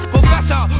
Professor